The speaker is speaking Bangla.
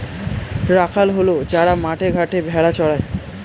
রাখাল হল যারা মাঠে ঘাটে ভেড়া চড়ায়